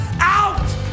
out